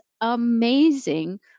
amazing